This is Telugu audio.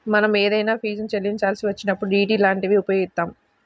మనం ఏదైనా ఫీజుని చెల్లించాల్సి వచ్చినప్పుడు డి.డి లాంటివి ఉపయోగిత్తాం